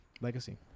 legacy